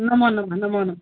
नमो नमः नमो नमः